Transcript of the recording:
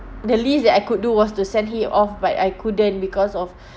the least that I could do was to send he off but I couldn't because of